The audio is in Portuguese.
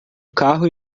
carro